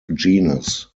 genus